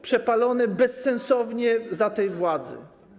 Przepalone bezsensownie za tej władzy.